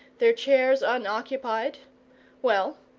their chairs unoccupied well,